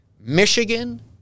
Michigan